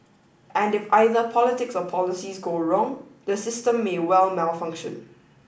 and if either politics or policies go wrong the system may well malfunction